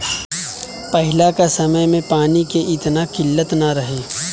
पहिले के समय में पानी के एतना किल्लत ना रहे